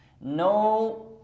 no